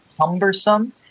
cumbersome